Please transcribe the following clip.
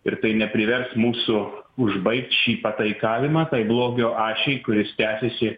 ir tai neprivers mūsų užbaigt šį pataikavimą tai blogio ašiai kuris tęsiasi